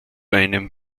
einem